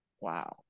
Wow